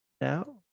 now